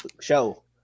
show